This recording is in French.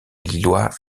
lillois